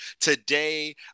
Today